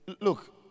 Look